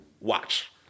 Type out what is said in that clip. Watch